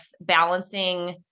balancing